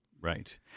Right